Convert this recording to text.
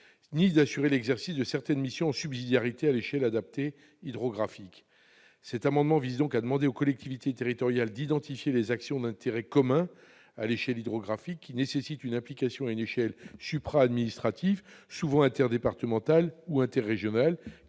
-ni d'assurer l'exercice de certaines missions en subsidiarité à l'échelle adaptée hydrographique. Cet amendement vise donc à demander aux collectivités territoriales d'identifier les actions d'intérêt commun à l'échelle hydrographique qui nécessitent une implication à une échelle supra-administrative, souvent interdépartementale ou interrégionale,